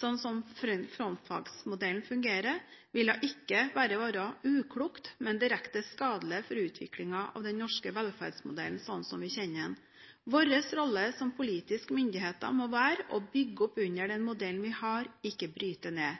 sånn som frontfagsmodellen fungerer, ville ikke bare være uklokt, men direkte skadelig for utviklingen av den norske velferdsmodellen slik vi kjenner den. Vår rolle som politisk myndighet må være å bygge opp under den modellen vi har, ikke bryte den ned.